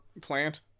plant